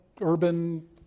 urban